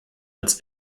als